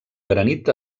granit